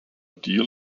deal